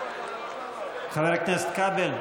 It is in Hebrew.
חבר הכנסת כבל,